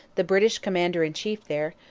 the british commander-in-chief there,